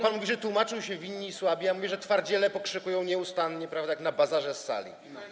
Pan mówi, że tłumaczą się winni i słabi, a ja mówię, że twardziele pokrzykują nieustannie, jak na bazarze, z sali.